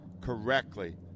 correctly